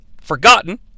forgotten